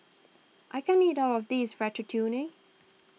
I can't eat all of this Ratatouille